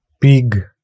pig